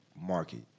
market